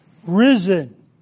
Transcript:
Risen